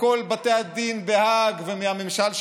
להקפיא ולהרוס?